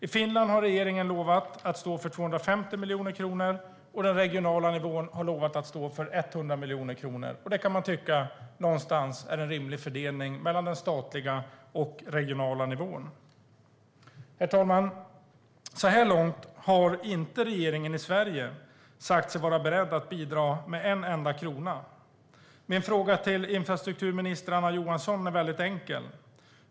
I Finland har regeringen lovat att stå för 250 miljoner kronor, och den regionala nivån har lovat att stå för 100 miljoner kronor. Det kan jag tycka är en rimlig fördelning mellan den statliga och regionala nivån. Herr talman! Så här långt har inte regeringen i Sverige sagt sig vara beredd att bidra med en enda krona. Min fråga till infrastrukturminister Anna Johansson är väldigt enkel.